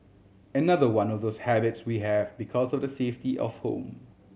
another one of those habits we have because of the safety of home